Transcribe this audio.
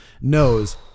knows